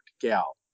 gal